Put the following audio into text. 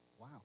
Wow